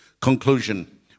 conclusion